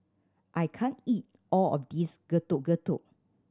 I can't eat all of this Getuk Getuk